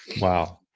wow